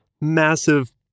massive